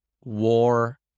war